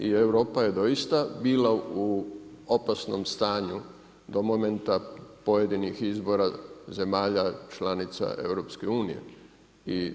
I Europa je doista bila u opasnom stanju, do momenta pojedinih izbora zemalja članica EU-a.